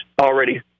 already